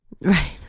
Right